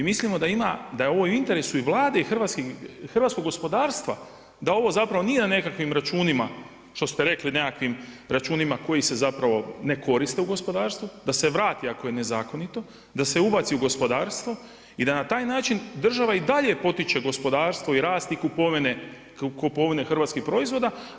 I mislimo da je ovo u interesu i Vlade i hrvatskog gospodarstva, da ovo zapravo nije na nekakvih računima što ste rekli nekakvim računima koji se zapravo ne koriste u gospodarstvu, da se vrati ako je nezakonito, da se ubaci u gospodarstvo i da na taj način država i dalje potiče gospodarstvo, i rast, i kupovine hrvatskih proizvoda.